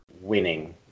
Winning